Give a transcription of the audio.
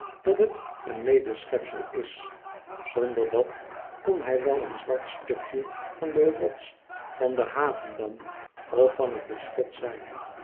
dat het een medeschepsel is zonder dat kon bij wel een zwart stukje van de rots van den havendam of van t beschot zijn